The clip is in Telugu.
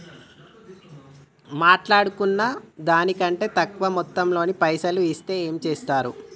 మాట్లాడుకున్న దాని కంటే తక్కువ మొత్తంలో పైసలు ఇస్తే ఏం చేత్తరు?